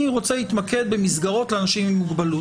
אני רוצה להתמקד במסגרות לאנשים עם מוגבלות.